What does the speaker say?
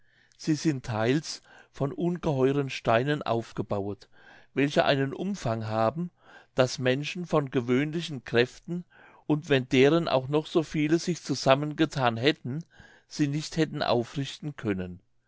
sie sind theils von ungeheuren steinen aufgebauet welche einen umfang haben daß menschen von gewöhnlichen kräften und wenn deren auch noch so viele sich zusammengethan hätten sie nicht hätten aufrichten können